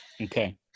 Okay